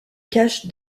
cache